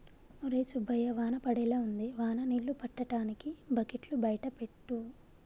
ఒరై సుబ్బయ్య వాన పడేలా ఉంది వాన నీళ్ళు పట్టటానికి బకెట్లు బయట పెట్టు